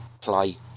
Play